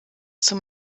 zum